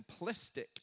simplistic